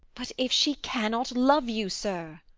but if she cannot love you, sir?